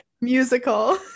musical